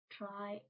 try